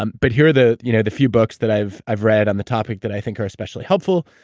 um but here are the you know the few books that i've i've read on the topic that i think are especially helpful.